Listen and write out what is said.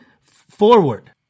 forward